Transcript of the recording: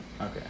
Okay